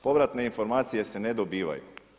Povratne informacije se ne dobivaju.